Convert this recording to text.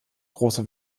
große